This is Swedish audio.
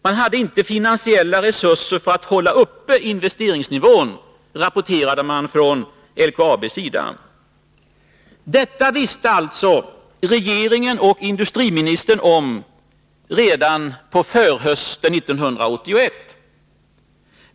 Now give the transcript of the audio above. Man hade inte finansiella resurser för att hålla uppe investeringsnivån, rapporterade man från LKAB:s sida. Detta visste alltså regeringen och industriministern om redan på förhösten 1981.